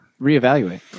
reevaluate